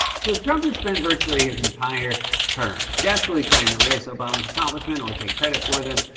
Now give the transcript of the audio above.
so trump has spent virtually his entire term desperately trying to erase obama's accomplishments or take credit for them,